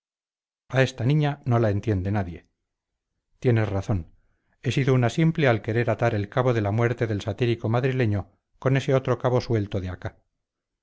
a esta niña no la entiende nadie tienes razón he sido una simple al querer atar el cabo de la muerte del satírico madrileño con este otro cabo suelto de acá